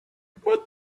but